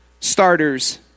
Starters